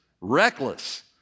reckless